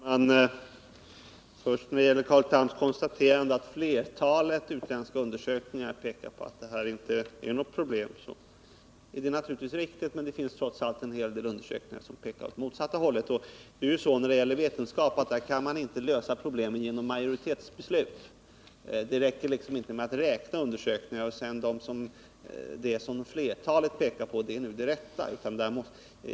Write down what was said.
Herr talman! När Carl Tham konstaterar att flertalet utländska undersökningar pekar på att detta inte är något problem, så är det naturligtvis riktigt. Men det har trots allt gjorts en hel del undersökningar som pekar åt motsatta hållet. Nu är det ju så när det gäller vetenskap att man inte kan lösa problemen genom majoritetsbeslut. Det räcker inte med att räkna undersökningar och sedan säga att vad flertalet visar på är det rätta.